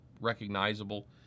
recognizable